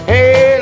Hey